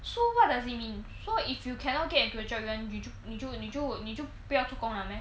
so what does it mean so if you cannot get into a job then 你就你就你就不要做工 liao meh